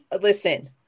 listen